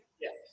Yes